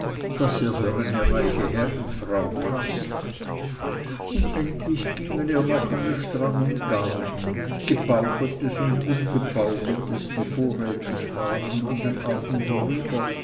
daß er für eine reiche herrenfrau passe und endlich gingen ihr noch alle strangen garn gebauchetes und ungebauchetes die vorrätig waren an den augen vorüber